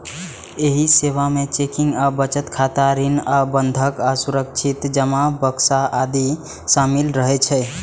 एहि सेवा मे चेकिंग आ बचत खाता, ऋण आ बंधक आ सुरक्षित जमा बक्सा आदि शामिल रहै छै